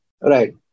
Right